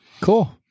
cool